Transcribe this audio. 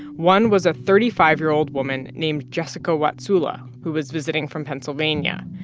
one was a thirty five year old woman named jessica watsula, who was visiting from pennsylvania.